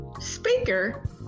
speaker